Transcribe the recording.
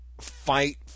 fight